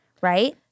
right